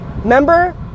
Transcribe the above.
remember